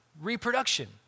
reproduction